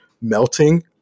melting